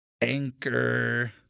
Anchor